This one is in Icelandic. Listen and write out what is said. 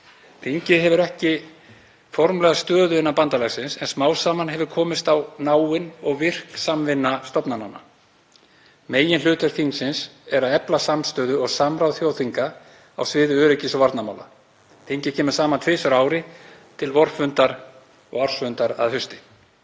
Þingið hefur ekki formlega stöðu innan bandalagsins en smám saman hefur komist á náin og virk samvinna stofnananna. Meginhlutverk þingsins er að efla samstöðu og samráð þjóðþinga á sviði öryggis- og varnarmála. Þingið kemur saman tvisvar á ári, til vorfundar og ársfundar að hausti.